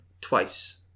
Twice